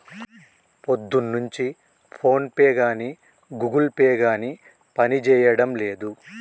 పొద్దున్నుంచి ఫోన్పే గానీ Google Pay గానీ పనిజేయడం లేదు